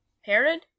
Herod